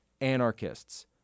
anarchists